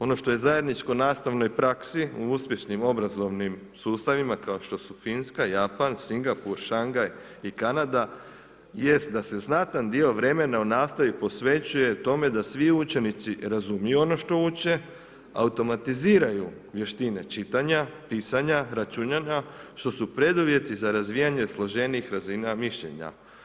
Ono što je zajedničko nastavnoj praksi u uspješnim obrazovnim sustavima kao što su Finska, Japan, Singapur, Šangaj i Kanada jest da se znatan dio vremena u nastavi posvećuje tome da svi učenici razumiju ono što uče, automatiziraju vještine čitanja, pisanja, računanja, što su preduvjeti za razvijanje složenijih razina mišljenja.